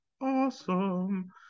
awesome